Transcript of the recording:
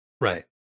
right